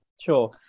Sure